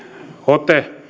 ote